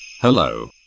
Hello